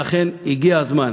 ולכן הגיע הזמן,